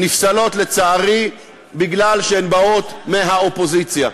נפסלות, לצערי, מפני שהן באות מהאופוזיציה.